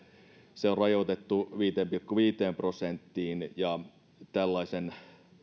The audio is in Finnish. se on rajoitettu viiteen pilkku viiteen prosenttiin ja tällaisen